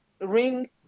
ring